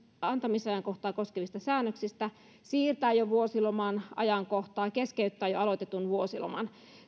antamisajankohtaa koskevista säännöksistä siirtää vuosiloman ajankohtaa keskeyttää jo aloitetun vuosiloman